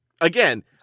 Again